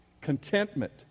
Contentment